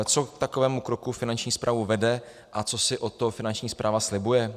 Co k takovému kroku Finanční správu vede a co si od toho Finanční správa slibuje?